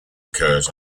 occurs